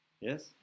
Yes